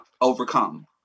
overcome